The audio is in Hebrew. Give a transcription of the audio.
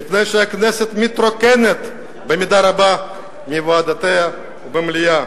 מפני שהכנסת מתרוקנת במידה רבה בוועדותיה ובמליאה,